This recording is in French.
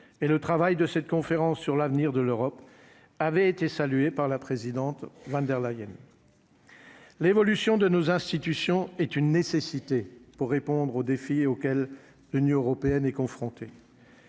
et le travail de cette conférence sur l'avenir de l'Europe avait été saluée par la présidente van der Leyen l'évolution de nos institutions est une nécessité pour répondre aux défis auxquels l'Union européenne est confrontée.